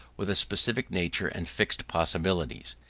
with a specific nature and fixed possibilities.